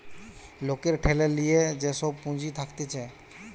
লোকের ঠেলে লিয়ে যে সব পুঁজি থাকতিছে